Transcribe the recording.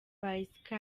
night